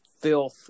filth